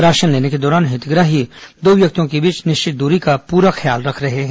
ration लेने के दौरान हितग्राही दो व्यक्तियों के बीच निश्चित दूरी का पूरा ख्याल रख रहे हैं